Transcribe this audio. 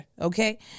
okay